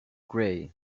gray